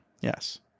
Yes